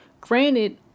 Granted